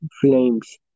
Flames